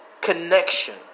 connection